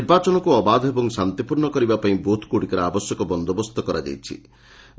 ନିର୍ବାଚନକୁ ଅବାଧ ଓ ଶାନ୍ତିପୂର୍ଣ୍ଣ କରିବା ପାଇଁ ବୁଥ୍ଗୁଡ଼ିକରେ ଆବଶ୍ୟକ ବନ୍ଦୋବସ୍ତ କରାଯାଇଚି